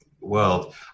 world